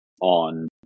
on